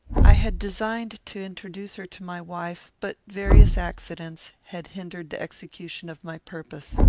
i had designed to introduce her to my wife, but various accidents had hindered the execution of my purpose.